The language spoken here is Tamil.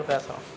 பேசுறோம்